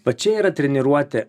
va čia yra treniruotė